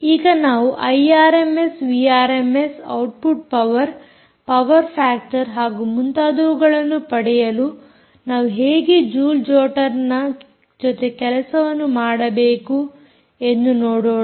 ಈಗ ನಾವು I RMS V RMS output power power factor ಹಾಗೂ ಮುಂತಾದವುಗಳನ್ನು ಪಡೆಯಲು ನಾವು ಹೇಗೆ ಜೂಲ್ ಜೊಟರ್ನ ಜೊತೆ ಕೆಲಸವನ್ನು ಮಾಡಬೇಕು ಎಂದು ನೋಡೋಣ